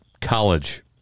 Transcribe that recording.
college